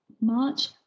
March